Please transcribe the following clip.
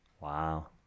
Wow